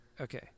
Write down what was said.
Okay